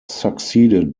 succeeded